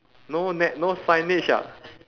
no net no signage ah